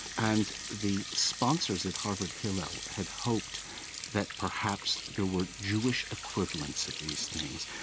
and the sponsors at harvard hillel had hoped that perhaps there were jewish equivalents of these things.